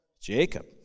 Jacob